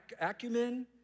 acumen